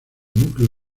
núcleo